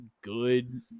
good